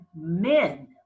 men